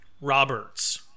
Roberts